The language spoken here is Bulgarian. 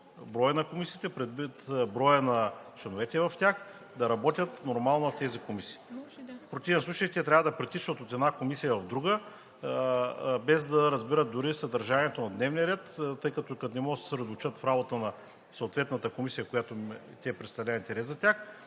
броя на комисиите, предвид броя на членовете в тях да работят нормално в тези комисии. В противен случай те трябва да притичват от една комисия в друга, без да разбират дори съдържанието на дневния ред, тъй като, като не могат да се съсредоточат в работата на съответната комисия, която представлява интерес за тях,